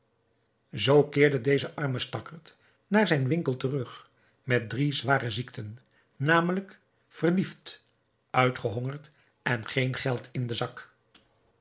zoo keerde deze arme stakkert naar zijn winkel terug met drie zware ziekten namelijk verliefd uitgehongerd en geen geld in den zak